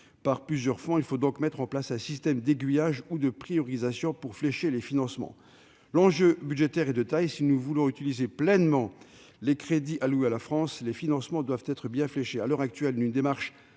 par plusieurs fonds. Il faut donc mettre en place un système d'aiguillage, ou de priorité, pour flécher les financements. L'enjeu budgétaire est de taille. Si nous voulons utiliser pleinement tous les crédits alloués à la France, les financements doivent être bien fléchés. À l'heure actuelle, une démarche